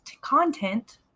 content